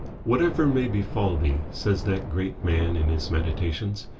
whatever may befall thee, says that great man in his meditations,